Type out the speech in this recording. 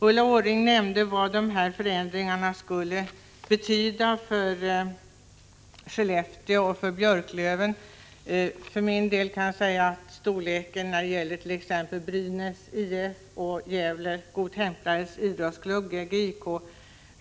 Ulla Orring nämnde vad de här förändringarna skulle innebära för en klubb i Skellefteå och för Björklöven i Umeå. För min del kan jag säga att storleksordningen är densamma när det gäller t.ex. Brynäs IF och Gävle Godtemplares Idrottsklubb, GGIK.